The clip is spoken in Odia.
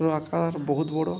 ଆକାର ବହୁତ ବଡ଼